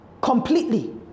completely